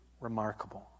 remarkable